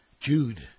Jude